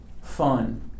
fun